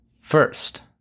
first